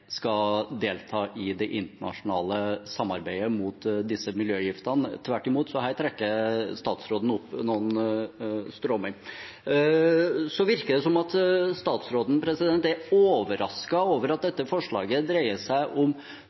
skal delta i det internasjonale samarbeidet mot disse miljøgiftene – tvert imot. Så her trekker statsråden opp noen stråmenn. Så virker det som om statsråden er overrasket over at dette forslaget dreier seg om